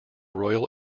royal